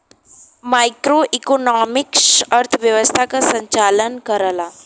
macroeconomics अर्थव्यवस्था क संचालन करला